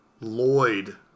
Lloyd